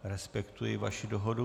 Respektuji vaší dohodu.